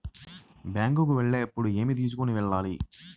Bank కు వెళ్ళేటప్పుడు ఏమి తీసుకొని వెళ్ళాలి?